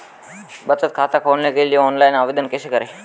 बचत खाता खोलने के लिए ऑनलाइन आवेदन कैसे करें?